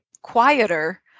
quieter